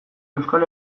euskal